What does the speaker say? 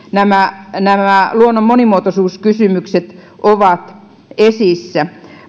nämä nämä luonnon monimuotoisuuskysymykset ovat esillä